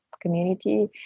community